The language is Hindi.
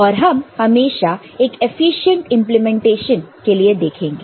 और हम हमेशा एक एफिशिएंट इंप्लीमेंटेशन के लिए देखेंगे